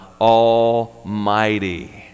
Almighty